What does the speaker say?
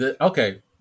okay